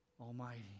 Almighty